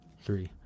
Three